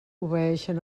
obeeixen